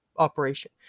operation